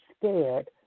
scared